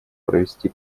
провести